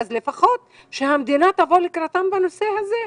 המדינה צריכה לפחות לקראתם בנושא הזה.